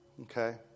okay